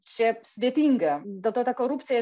čia sudėtinga dėl to ta korupcija